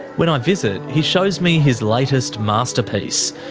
when i visit, he shows me his latest masterpiece,